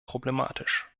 problematisch